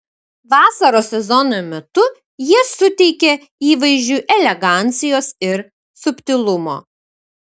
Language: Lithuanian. vasaros sezono metu jie suteikia įvaizdžiui elegancijos ir subtilumo